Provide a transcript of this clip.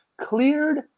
cleared